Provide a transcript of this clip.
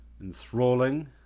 enthralling